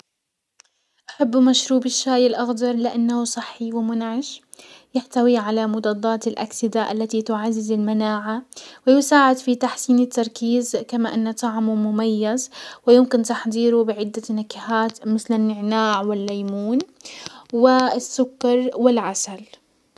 احب مشروب الشاي الاخضر لانه صحي ومنعش، يحتوي على مضادات الاكسدة التي تعزز المناعة ويساعد في تحسين التركيز كما ان طعمه مميز، ويمكن تحضيره بعدة نكهات مثل النعناع والليمون السكر والعسل.